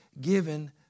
given